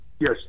Yes